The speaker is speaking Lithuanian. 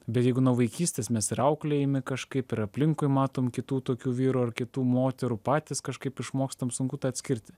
bet jeigu nuo vaikystės mes ir auklėjami kažkaip ir aplinkui matom kitų tokių vyrų ar kitų moterų patys kažkaip išmokstam sunku tą atskirti